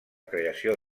creació